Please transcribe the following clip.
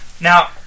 Now